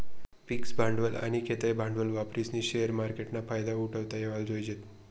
fix भांडवल आनी खेयतं भांडवल वापरीस्नी शेअर मार्केटना फायदा उठाडता येवाले जोयजे